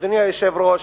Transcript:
אדוני היושב-ראש,